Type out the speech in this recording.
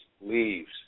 leaves